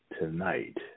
Tonight